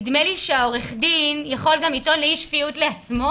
נדמה לי שעורך הדין יכול גם לטעון לאי שפיות לעצמו